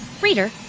Reader